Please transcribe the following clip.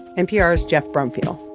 npr's geoff brumfiel